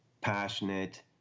passionate